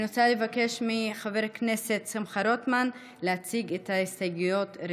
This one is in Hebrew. אני רוצה לבקש מחבר הכנסת שמחה רוטמן להציג ראשון את ההסתייגויות.